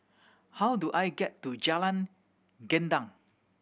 how do I get to Jalan Gendang